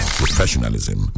professionalism